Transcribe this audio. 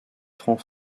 franc